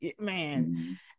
man